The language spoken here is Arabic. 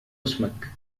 اسمك